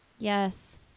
Yes